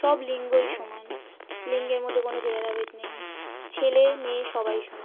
সব লিঙ্গই সমান লিঙ্গের মধ্যে কোনও ভেদাভেদ নেই ছেলে মেয়ে সবাই সমান